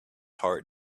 heart